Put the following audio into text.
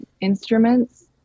instruments